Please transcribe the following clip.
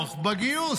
לתמוך בגיוס.